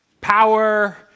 power